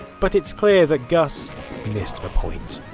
but it's clear that gus missed point.